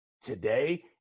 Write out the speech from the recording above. today